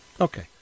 Okay